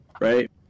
Right